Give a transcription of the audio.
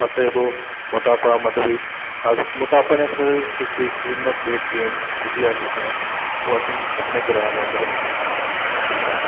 मटापा तो मटापा मतलब मटापा निं आखी सकदे इक किस्म दा वेट गेन जिसी अस आखै दे आं ओह् असें ई अपने ग्रां दे अंदर मिली सकदा